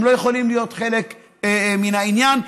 הם לא יכולים להיות חלק מן העניין.